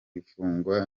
ifungwa